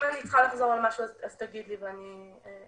אני צריכה לחזור על משהו אז תגיד לי ואני אחזור עליו.